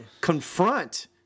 confront